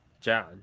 John